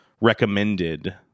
recommended